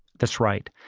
that's right.